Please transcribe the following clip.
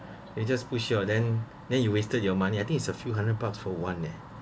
he just push you then then you wasted your money I think is a few hundred bucks for one leh